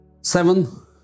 seven